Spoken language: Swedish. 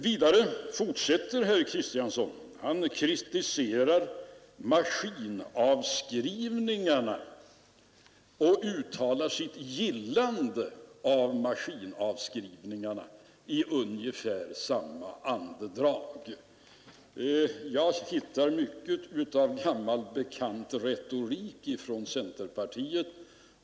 Vidare kritiserade herr Kristiansson maskinavskrivningarna och uttalade sitt gillande av maskinavskrivningarna i ungefär samma andetag. Jag hittar där mycket av gammal bekant retorik från centerpartiet.